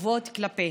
חובות כלפיהם,